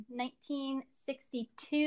1962